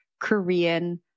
Korean